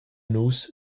nus